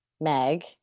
Meg